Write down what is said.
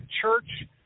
church